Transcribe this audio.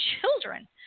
children